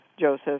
Joseph